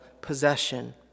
possession